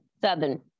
southern